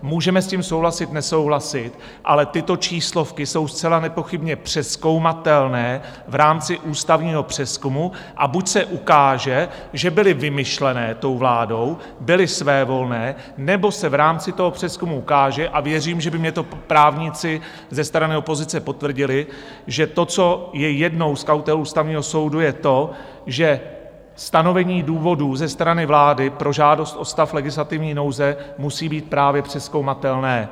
Můžeme s tím souhlasit, nesouhlasit, ale tyto číslovky jsou zcela nepochybně přezkoumatelné v rámci ústavního přezkumu, a buď se ukáže, že byly vymyšlené vládou, byly svévolné, nebo se v rámci toho přezkumu ukáže a věřím, že by mně to právníci ze strany opozice potvrdili že to, co je jednou z Ústavního soudu je to, že stanovení důvodů ze strany vlády pro žádost o stav legislativní nouze musí být právně přezkoumatelné.